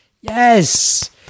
Yes